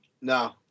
No